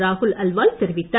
ராகுல் அல்வால் தெரிவித்துள்ளார்